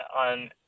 on